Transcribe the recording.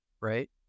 right